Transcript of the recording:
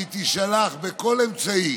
והיא תישלח בכל אמצעי